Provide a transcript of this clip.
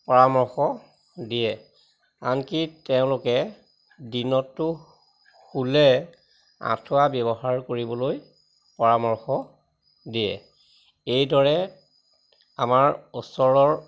পৰামৰ্শ দিয়ে আনকি তেওঁলোকে দিনতটো শুলে আঁঠুৱা ব্যৱহাৰ কৰিবলৈ পৰামৰ্শ দিয়ে এইদৰে আমাৰ ওচৰৰ